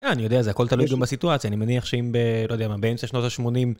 אני יודע, זה הכל תלוי גם בסיטואציה, אני מניח שאם ב... לא יודע מה, באמצע שנות ה-80...